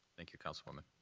thank you, councilwoman.